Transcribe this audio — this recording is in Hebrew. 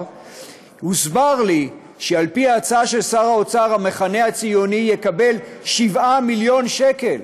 הוסבר לי שעל-פי ההצעה של שר האוצר המחנה הציוני יקבל 7 מיליון שקל,